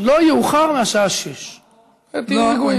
לא יאוחר מהשעה 18:00, תהיו רגועים.